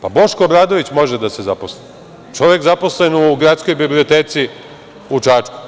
Pa, Boško Obradović može da se zaposli, čovek zaposlen u gradskoj biblioteci u Čačku.